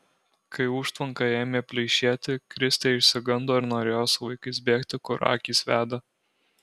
kai užtvanka ėmė pleišėti kristė išsigando ir norėjo su vaikais bėgti kur akys veda